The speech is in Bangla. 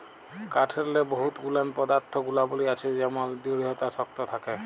কাঠেরলে বহুত গুলান পদাথ্থ গুলাবলী আছে যেমল দিঢ়তা শক্ত থ্যাকে